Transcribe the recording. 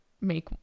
make